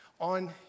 on